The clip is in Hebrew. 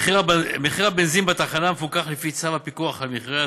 מחיר הבנזין בתחנה מפוקח לפי צו הפיקוח על מחירי